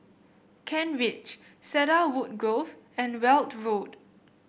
Kent Ridge Cedarwood Grove and Weld Road